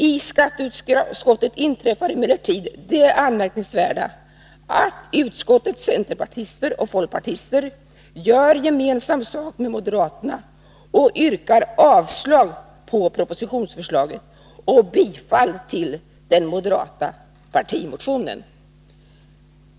I skatteutskottet inträffar emellertid det anmärkningsvärda att utskottets centerpartister och folkpartister gör gemensam sak med moderaterna och yrkar avslag på propositionsförslaget och bifall till den moderata partimotionen!